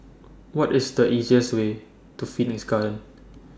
What IS The easiest Way to Phoenix Garden